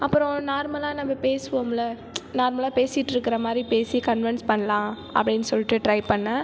அப்புறம் நார்மலாக நம்ப பேசுவோம்ல நார்மலாக பேசிட்டுருக்குற மாரி பேசி கன்விண்ஸ் பண்ணலாம் அப்படின்னு சொல்லிவிட்டு ட்ரை பண்ணேன்